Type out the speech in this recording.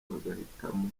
bagahitamo